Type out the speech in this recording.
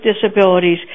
disabilities